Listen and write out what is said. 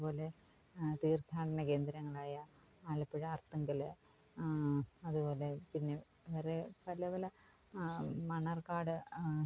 അത് പോലെ തീര്ഥാടന കേന്ദ്രങ്ങളായ ആലപ്പുഴ അര്ത്തുങ്കൽ അതുപോലെ പിന്നെ വേറെ പല പല മണ്ണാർക്കാട്